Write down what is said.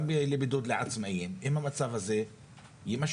גם בידוד לעצמאיים אם המצב הזה יימשך.